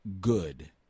good